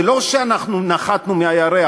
זה לא שנחתנו מהירח.